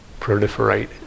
proliferate